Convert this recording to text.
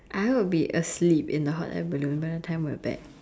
I hope I would be asleep in the hot air balloon by the time we're back